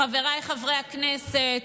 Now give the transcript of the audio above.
חבריי חברי הכנסת,